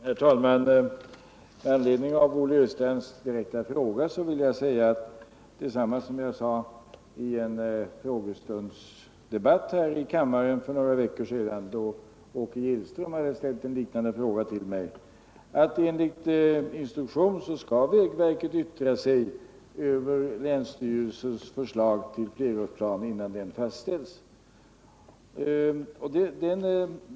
Herr talman! Med anledning av Olle Östrands direkta fråga vill jag säga detsamma som jag sade i en frågestundsdebatt här i kammaren för några veckor sedan, då Åke Gillström hade ställt en liknande fråga till mig. Enligt instruktionen skall vägverket yttra sig över länsstyrelsens förslag till flerårsplan innan den fastställs.